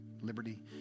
Liberty